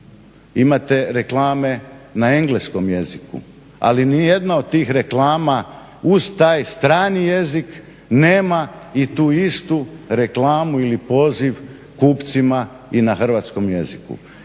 Imate reklame na engleskom jeziku, ali ni jedna od tih reklama uz taj strani jezik nema i tu istu reklamu ili poziv kupcima i na hrvatskom jeziku.